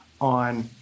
on